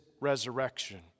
resurrection